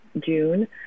June